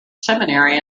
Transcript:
seminary